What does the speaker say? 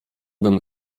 bym